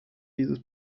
dieses